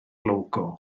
logo